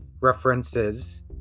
references